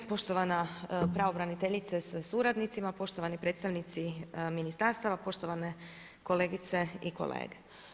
Poštovana pravobraniteljice sa suradnicima, poštovani predstavnici ministarstava, poštovane kolegice i kolege.